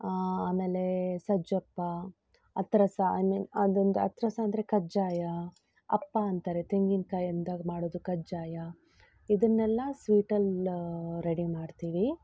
ಆಮೇಲೆ ಸಜ್ಜಪ್ಪ ಹತ್ತಿರ ಸೈ ಮೀನು ಅದೊಂದು ಹತ್ತಿರ ಅಂದರೆ ಕಜ್ಜಾಯ ಅಪ್ಪ ಅಂತಾರೆ ತೆಂಗಿನ್ಕಾಯಿಂದಾಗಿ ಮಾಡೋದು ಕಜ್ಜಾಯ ಇದನ್ನೆಲ್ಲ ಸ್ವೀಟಲ್ಲಿ ರೆಡಿ ಮಾಡ್ತೀವಿ